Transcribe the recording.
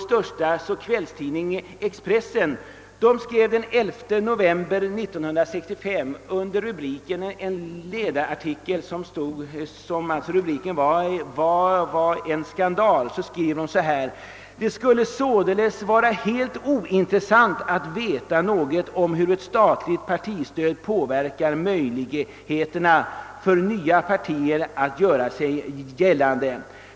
största kvällstidning Expressen skrev en ledarartikel den 11 november 1965 under rubriken »En skandal» bl.a. följande: »Det skulle således vara helt ointressant att få veta något om hur ett statligt partistöd påverkar möjligheterna för nya partier att göra sig. gällande.